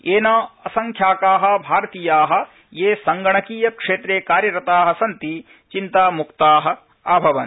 येन असंख्याका भारतीया ये संगणकीय क्षेत्रे कार्यरता सन्ति चिन्तामुक्ता अभवन्